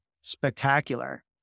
spectacular